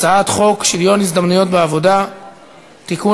הצעת חוק שוויון ההזדמנויות בעבודה (תיקון,